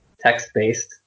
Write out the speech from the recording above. text-based